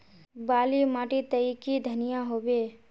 बाली माटी तई की धनिया होबे?